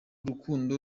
rukundo